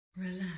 Relax